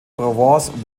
provence